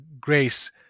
grace